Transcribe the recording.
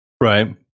Right